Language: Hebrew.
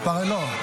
לא.